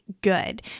good